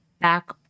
back